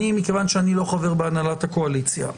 מכיוון שאני לא חבר בהנהלת הקואליציה,